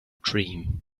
dream